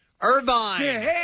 Irvine